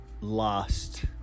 lost